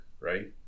right